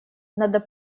надо